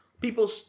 People